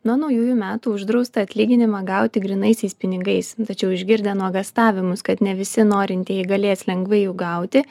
nuo naujųjų metų uždrausta atlyginimą gauti grynaisiais pinigais tačiau išgirdę nuogąstavimus kad ne visi norintieji galės lengvai jų gauti